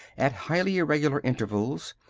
at highly irregular intervals,